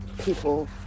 people